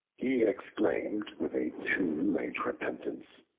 he exclaimed with a too late repentance,